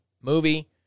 movie